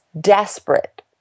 desperate